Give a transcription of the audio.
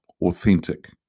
authentic